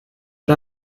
but